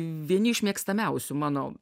vieni iš mėgstamiausių mano